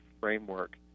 framework